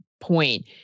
point